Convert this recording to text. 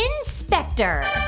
Inspector